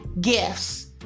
gifts